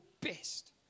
best